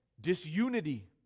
disunity